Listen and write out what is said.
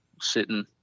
sitting